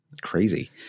crazy